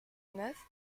neuf